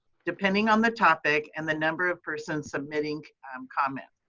depending on the topic and the number of persons submitting comments.